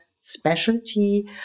specialty